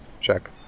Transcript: check